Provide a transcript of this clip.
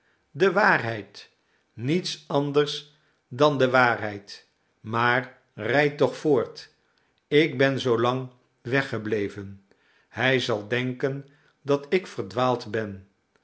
de waarheid niets anders dan de waarheid maar rijd toch voort ik ben zoolang weggebleven hij zal denken dat ik verdwaald ben